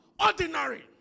ordinary